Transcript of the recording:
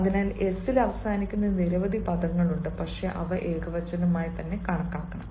അതിനാൽ s ൽ അവസാനിക്കുന്ന നിരവധി പദങ്ങളുണ്ട് പക്ഷേ അവ ഏകവചനമായി കണക്കാക്കണം